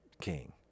king